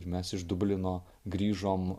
ir mes iš dublino grįžom